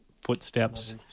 footsteps